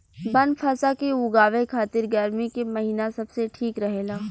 बनफशा के उगावे खातिर गर्मी के महिना सबसे ठीक रहेला